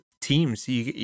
teams